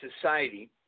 society –